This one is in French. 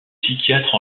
psychiatre